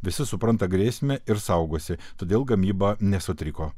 visi supranta grėsmę ir saugosi todėl gamyba nesutriko